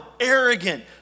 arrogant